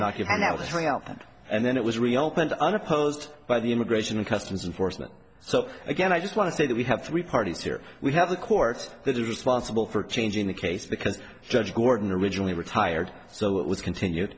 throwing out and then it was reopened unopposed by the immigration and customs enforcement so again i just want to say that we have three parties here we have the courts that are responsible for changing the case because judge gordon originally retired so it was continued